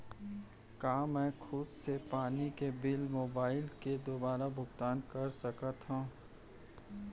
का मैं खुद से पानी के बिल मोबाईल के दुवारा भुगतान कर सकथव?